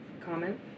comment